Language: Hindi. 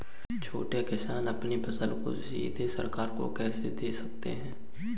छोटे किसान अपनी फसल को सीधे सरकार को कैसे दे सकते हैं?